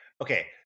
okay